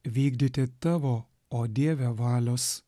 vykdyti tavo o dieve valios